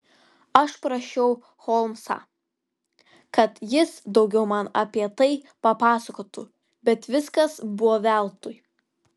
aš prašiau holmsą kad jis daugiau man apie tai papasakotų bet viskas buvo veltui